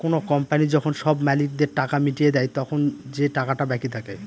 কোনো কোম্পানি যখন সব মালিকদের টাকা মিটিয়ে দেয়, তখন যে টাকাটা বাকি থাকে